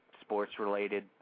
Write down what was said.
sports-related